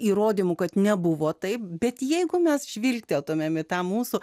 įrodymų kad nebuvo taip bet jeigu mes žvilgteltumėme tą mūsų